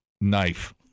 knife